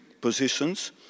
positions